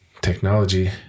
technology